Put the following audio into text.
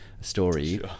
story